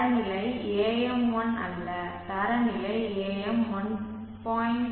தரநிலை AM1 அல்ல தரநிலை AM1